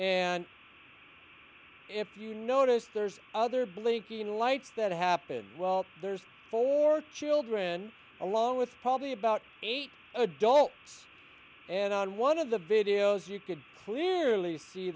and if you notice there's other blinking lights that happen well there's four children along with probably about eight adults and on one of the videos you could clearly see